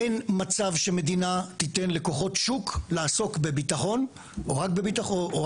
אין מצב שמדינה תיתן לכוחות שוק לעסוק בביטחון ואין